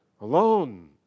Alone